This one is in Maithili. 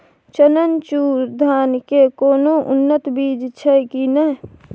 चननचूर धान के कोनो उन्नत बीज छै कि नय?